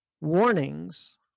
warnings